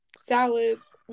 salads